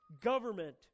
government